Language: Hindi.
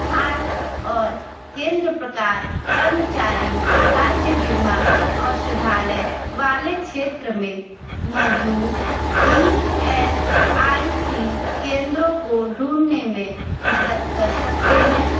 आठ और केंद्र प्रकार कर्मचारी राज्य बीमा औषधालय वाले क्षेत्र में मौजूद ई एस आई सी केंद्रों को ढूंढने में मदद कर सकते हैं